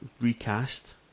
recast